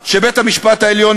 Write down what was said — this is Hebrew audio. רוצה להדיח ואיזו הסתה הוא איננו